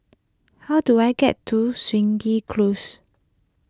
how do I get to Stangee Close